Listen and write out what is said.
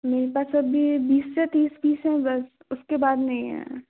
मेरे पास अभी बीस से तीस पीस है बस उसके बाद नहीं है